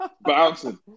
bouncing